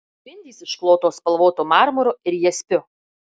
grindys išklotos spalvotu marmuru ir jaspiu